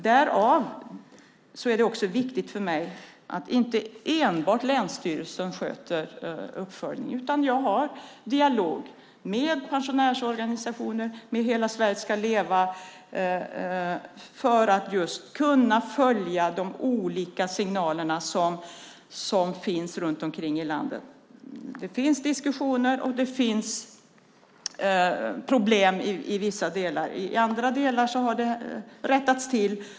Därför är det viktigt för mig att inte enbart länsstyrelserna sköter uppföljningen och att jag har dialog med pensionärsorganisationer och med Hela Sverige ska leva för att kunna ta del av de olika signalerna runt omkring i landet. Det finns diskussioner och det finns problem i vissa delar av landet. I andra delar har de rättats till.